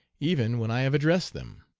even when i have addressed them.